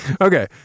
Okay